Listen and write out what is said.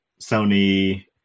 Sony